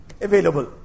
available